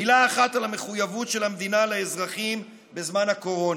מילה אחת על המחויבות של המדינה לאזרחים בזמן הקורונה: